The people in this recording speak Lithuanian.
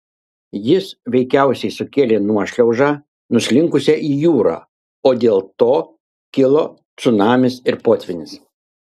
jis veikiausiai sukėlė nuošliaužą nuslinkusią į jūrą o dėl to kilo cunamis ir potvynis